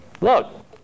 look